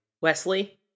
Wesley